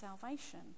salvation